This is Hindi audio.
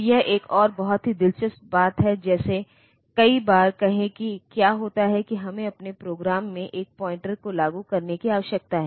तो यह एक और बहुत ही दिलचस्प बात है जैसे कई बार कहें कि क्या होता है कि हमें अपने प्रोग्राम में एक पॉइंटर को लागू करने की आवश्यकता है